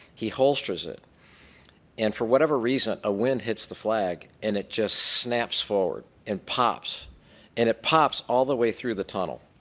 he holsters it and for whatever reason a wind hits the flag and it snaps forward and pops and it pops all the way through the tunnel.